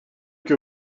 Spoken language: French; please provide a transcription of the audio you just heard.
que